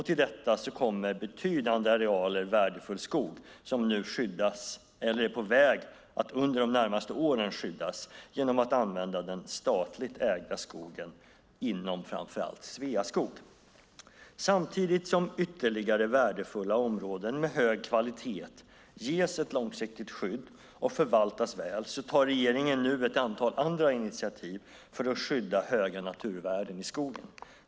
Till detta kommer att betydande arealer värdefull skog nu skyddas eller är på väg att under de närmaste åren skyddas genom att använda den statligt ägda skogen inom framför allt Sveaskog. Samtidigt som ytterligare värdefulla områden med hög kvalitet ges ett långsiktigt skydd och förvaltas väl tar regeringen nu ett antal andra initiativ för att skydda höga naturvärden i skogen.